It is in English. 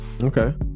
Okay